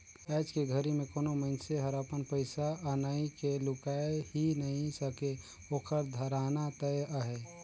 आयज के घरी मे कोनो मइनसे हर अपन पइसा अनई के लुकाय ही नइ सके ओखर धराना तय अहे